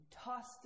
Tossed